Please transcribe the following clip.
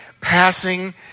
passing